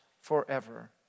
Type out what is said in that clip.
forever